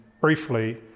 briefly